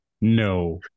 No